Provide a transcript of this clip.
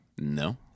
no